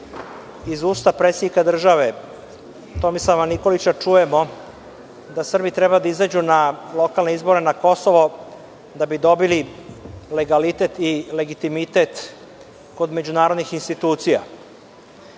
iz usta predsednika države Tomislava Nikolića čujemo da Srbi treba da izađu na lokalne izbore na Kosovo, da bi dobili legalitet i legitimitet kod međunarodnih institucija. To